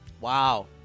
Wow